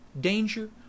danger